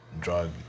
drug